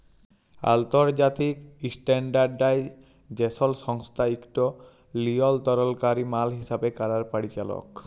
আলতর্জাতিক ইসট্যানডারডাইজেসল সংস্থা ইকট লিয়লতরলকারি মাল হিসাব ক্যরার পরিচালক